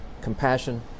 compassion